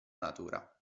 natura